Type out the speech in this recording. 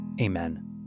amen